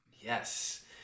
Yes